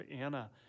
anna